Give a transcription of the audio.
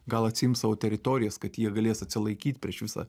gal atsiims savo teritorijas kad jie galės atsilaikyt prieš visą